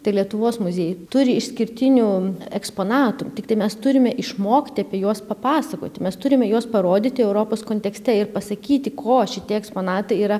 tai lietuvos muziejai turi išskirtinių eksponatų tiktai mes turime išmokti apie juos papasakoti mes turime juos parodyti europos kontekste ir pasakyti ko šitie eksponatai yra